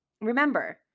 remember